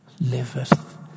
liveth